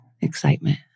excitement